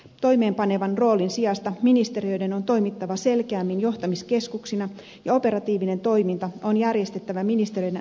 toimeenpanevan roolin sijasta ministeriöiden on toimittava selkeämmin johtamiskeskuksina ja operatiivinen toiminta on järjestettävä ministeriöiden alaisiin yksiköihin